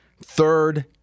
third